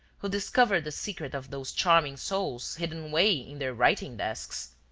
who discover the secret of those charming souls hidden away in their writing-desks.